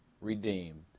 Redeemed